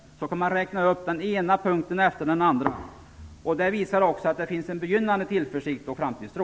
Så kan man räkna upp den ena punkten efter den andra. Det visar att det finns en begynnande tillförsikt och framtidstro.